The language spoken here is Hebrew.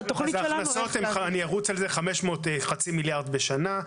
ההכנסות הן חצי מיליארד בשנה,